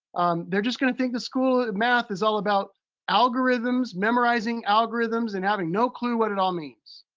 they're just gonna think the school math is all about algorithms, memorizing algorithms and having no clue what it all means.